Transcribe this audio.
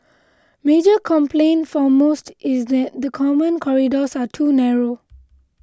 major complaint for most is that the common corridors are too narrow